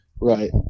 right